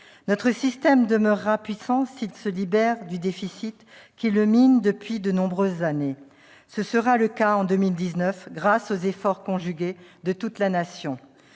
notre système le demeurera s'il se libère du déficit qui le mine depuis de nombreuses années. Ce sera le cas en 2019, grâce aux efforts conjugués de toute la Nation.